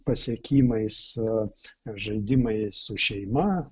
pasiekimais kad žaidimai su šeima